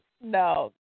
no